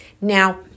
Now